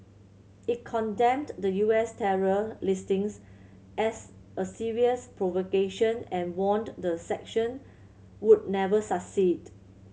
it condemned the U S terror listings as a serious provocation and warned the sanction would never succeed